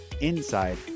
inside